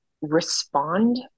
respond